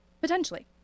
potentially